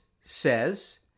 says